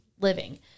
living